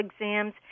exams